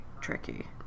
Tricky